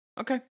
Okay